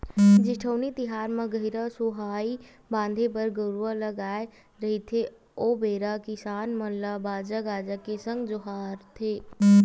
जेठउनी तिहार म गहिरा सुहाई बांधे बर गरूवा ल आय रहिथे ओ बेरा किसान मन ल बाजा गाजा के संग जोहारथे